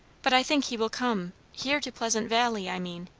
but i think he will come here to pleasant valley, i mean.